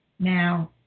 Now